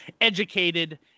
educated